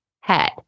head